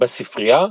בספרייה